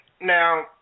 now